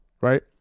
right